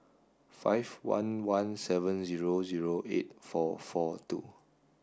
five one one seven zero zero eight four four two